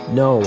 no